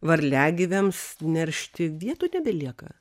varliagyviams neršti vietų nebelieka